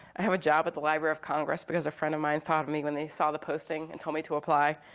i have a job at the library of congress because a friend of mine thought of me when they saw the posting and told me to apply.